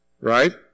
right